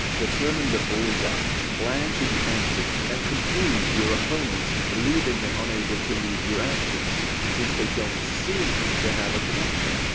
determine the bullseye, plan to the end and confuse your opponent leaving him unable to read your actions, since they don't seem to have a connection.